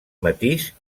matís